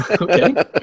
Okay